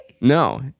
No